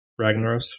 ragnaros